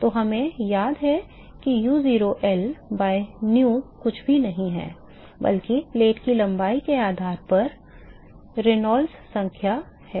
तो हमें याद है कि u0 L by new कुछ भी नहीं है बल्कि प्लेट की लंबाई के आधार पर रेनॉल्ड्स संख्या है